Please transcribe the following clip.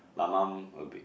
my mum a bit